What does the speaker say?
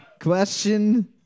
Question